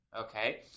okay